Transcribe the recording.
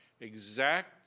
Exact